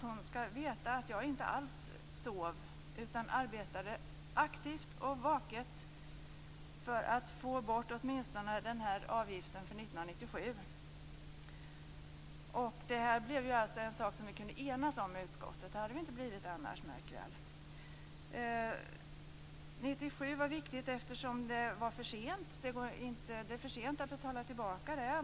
Hon skall veta att jag inte alls sov utan arbetade aktivt och vaket för att få bort åtminstone avgiften för 1997. Det var en sak som vi kunde enas om i utskottet. Det hade vi inte kunnat göra annars, märk väl. Det är för sent att betala tillbaka bidrag från 1997, och det var viktigt av den anledningen.